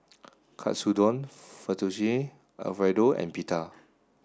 Katsudon Fettuccine Alfredo and Pita